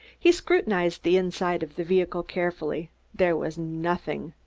he scrutinized the inside of the vehicle carefully there was nothing.